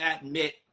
admit